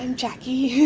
and jacquie